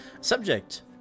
Subject